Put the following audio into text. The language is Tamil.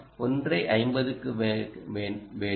1 ஐ 50 க்கு வைக்க வேண்டுமா